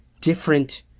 different